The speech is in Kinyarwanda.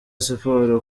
siporo